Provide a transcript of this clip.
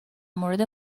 مورد